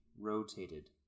rotated